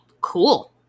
cool